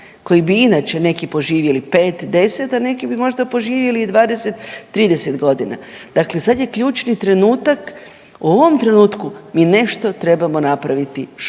koji bi inače neki poživjeli 5, 10, a neki bi možda poživjeli i 20.-30.g.. Dakle, sad je ključni trenutak, u ovom trenutku mi nešto trebamo napraviti. Što?